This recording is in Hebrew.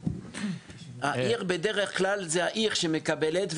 בדרך-כלל זה העיר שמקבלת,